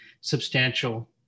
substantial